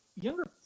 younger